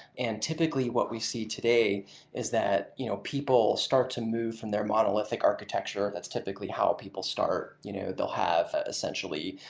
and typically, what we see today is that you know people start to move in their monolithic architecture, that's typically how people start. you know they'll have, essentially,